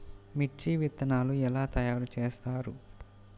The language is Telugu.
మిర్చి విత్తనాలు ఎలా తయారు చేస్తారు?